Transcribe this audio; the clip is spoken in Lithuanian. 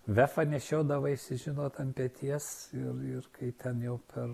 vefą nešiodavaisi žinot ant peties ir ir kai ten jau per